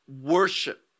worship